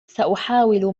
سأحاول